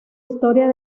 historia